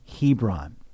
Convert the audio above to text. Hebron